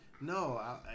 no